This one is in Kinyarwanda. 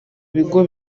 bigo